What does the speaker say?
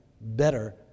better